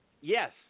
Yes